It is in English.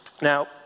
Now